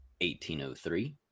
1803